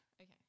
Okay